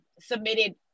submitted